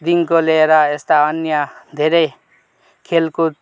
देखिन्को लिएर यस्ता अन्य धेरै खेलकुद